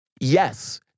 Yes